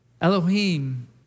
Elohim